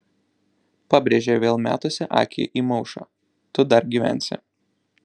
pabrėžė vėl metusi akį į maušą tu dar gyvensi